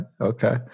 okay